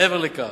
מעבר לכך,